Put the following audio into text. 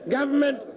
government